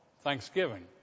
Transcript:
Thanksgiving